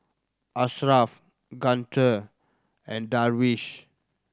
Ashraff Guntur and Darwish